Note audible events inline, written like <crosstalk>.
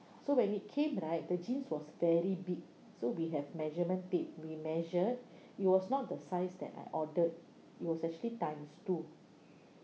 so when it came right the jeans was very big so we have measurement tape we measured <breath> it was not the size that I ordered it was actually times two